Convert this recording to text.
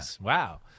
wow